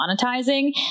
monetizing